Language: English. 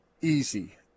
easy